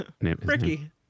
Ricky